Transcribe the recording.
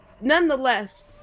Nonetheless